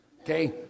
okay